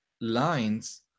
lines